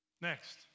Next